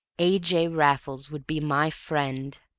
a. j. raffles would be my friend!